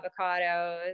avocados